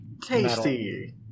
Tasty